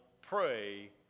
pray